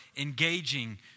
engaging